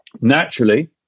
Naturally